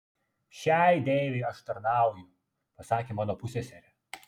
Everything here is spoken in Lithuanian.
šiai deivei aš tarnauju pasakė mano pusseserė